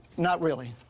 not really.